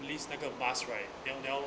list 那个 mask right 你要你要